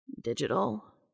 Digital